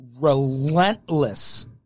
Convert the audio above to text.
relentless